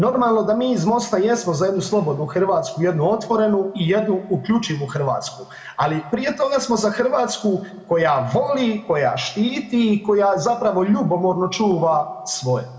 Normalno da mi iz MOST-a jesmo za jednu slobodnu Hrvatsku, jednu otvorenu i jednu uključivu Hrvatsku ali prije toga smo za Hrvatsku koja voli, koja štiti i koja zapravo ljubomorno čuva svoje.